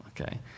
okay